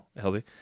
healthy